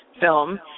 film